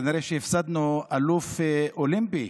הפסדנו אלוף אולימפי.